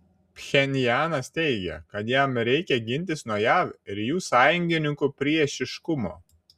pchenjanas teigia kad jam reikia gintis nuo jav ir jų sąjungininkių priešiškumo